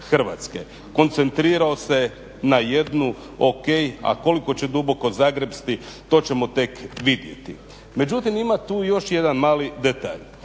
Koncentrirao se na jednu ok, a koliko će duboko zagrepsti, to ćemo tek vidjeti. Međutim, ima tu još jedan mali detalj.